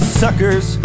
suckers